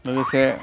लोगोसे